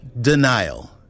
denial